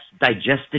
digested